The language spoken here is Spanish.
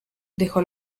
dejó